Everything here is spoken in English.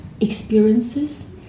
experiences